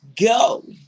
go